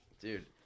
Dude